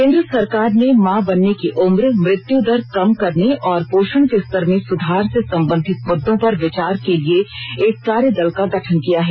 केंद्र सरकार ने मां बनने की उम्र मृत्यु दर कम करने और पोषण के स्तर में सुधार से संबंधित मुद्ददों पर विचार के लिए एक कार्य दल का गठन किया है